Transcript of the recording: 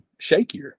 shakier